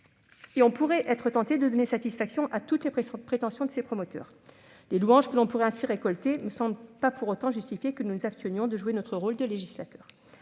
et l'on pourrait être tenté de donner satisfaction à toutes les prétentions de ses promoteurs. Les louanges que l'on pourrait ainsi récolter ne me semblent pour autant pas justifier le fait que nous nous abstenions de jouer notre rôle de législateur.